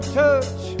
touch